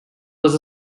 was